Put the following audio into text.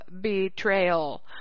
betrayal